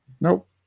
Nope